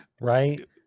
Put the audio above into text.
right